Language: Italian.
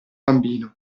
bambino